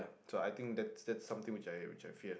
so I think that's that's something which I which I fear